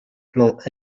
plans